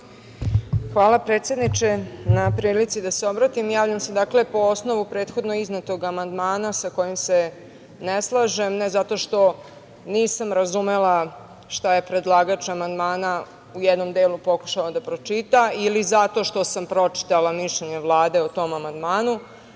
Hvala predsedniče na prilici da se obratim. Javljam se po osnovu prethodno iznetog amandmana, sa kojim se ne slažem, ne zato što nisam razumela šta je predlagač amandmana u jednom delu pokušao da pročita ili zato što sam pročitala mišljenje Vlade o tom amandmanu,